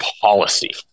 policy